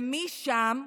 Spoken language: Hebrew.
ומי שם?